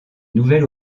nouvel